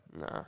Nah